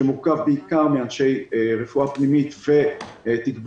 שהוא מורכב בעיקר מאנשי רפואה פנימית ותגבור